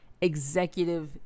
executive